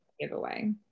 giveaway